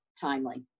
timely